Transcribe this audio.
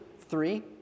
three